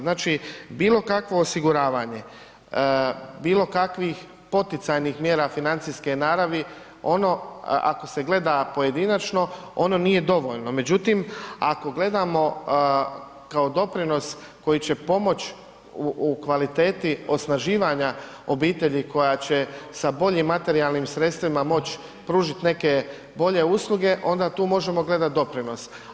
Znači, bilo kakvo osiguravanje bilo kakvih poticajnih mjera financijske naravi ono ako se gleda pojedinačno ono nije dovoljno, međutim ako gledamo kao doprinos koji će pomoći u kvaliteti osnaživanja obitelji koja će sa boljim materijalnim sredstvima moći pružiti neke bolje usluge onda tu možemo gledati doprinos.